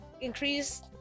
increase